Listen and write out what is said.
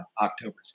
October